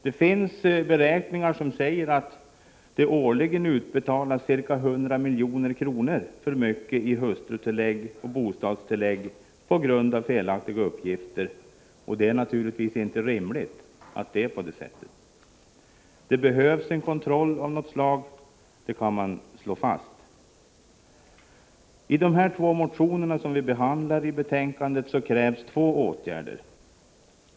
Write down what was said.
Det finns beräkningar som säger att det årligen utbetalas ca 100 milj.kr. för mycket i hustrutillägg och bostadstillägg på grund av felaktiga uppgifter, och det är naturligtvis inte rimligt att så sker. Det behövs en kontroll av något slag — det kan man slå fast. I de båda motioner som behandlas i förevarande betänkande krävs två åtgärder.